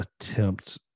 attempt